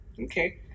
Okay